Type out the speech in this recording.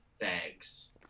bags